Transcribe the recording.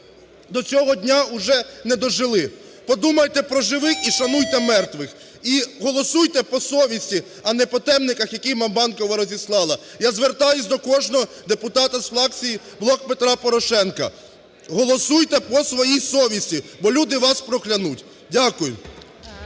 до цього дня уже не дожили. Подумайте про живих і шануйте мертвих, і голосуйте по совісті, а не по темниках, яких Банкова розіслала. Я звертаюся до кожного депутата з фракції "Блоку Петра Порошенка", голосуйте по своїй совісті, бо люди вас проклянуть. Дякую.